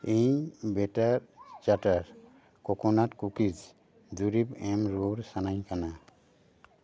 ᱤᱧ ᱵᱮᱴᱟᱨ ᱪᱟᱴᱟᱨ ᱠᱳᱠᱳᱱᱟᱴ ᱠᱩᱠᱤᱡ ᱫᱩᱨᱤᱵ ᱮᱢ ᱨᱩᱣᱟᱹᱲ ᱥᱟᱱᱟᱧ ᱠᱟᱱᱟ